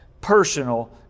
personal